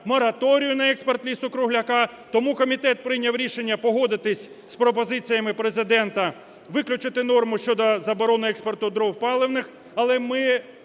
мораторію на експорт лісу-кругляка. Тому комітет прийняв рішення погодитися з пропозиціями Президента виключити норму щодо заборони експорту дров паливних, але ми